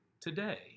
today